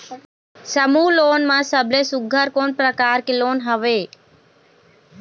समूह लोन मा सबले सुघ्घर कोन प्रकार के लोन हवेए?